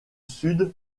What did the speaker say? sud